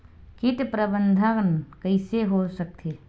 कीट प्रबंधन कइसे हो सकथे?